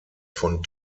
von